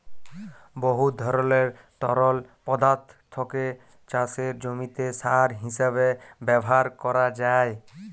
বহুত ধরলের তরল পদাথ্থকে চাষের জমিতে সার হিঁসাবে ব্যাভার ক্যরা যায়